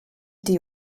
die